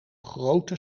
grote